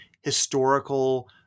historical